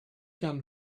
gun